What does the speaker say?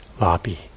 lobby